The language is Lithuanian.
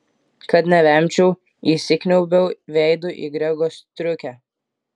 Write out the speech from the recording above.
kad nevemčiau įsikniaubiau veidu į grego striukę